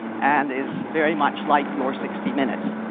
and is very much like your sixty minutes.